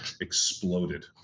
exploded